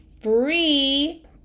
free